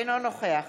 אינו נוכח